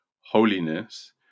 holiness